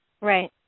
Right